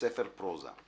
ספר פרוזה.